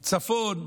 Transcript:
מצפון,